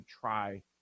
try